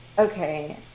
okay